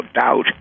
doubt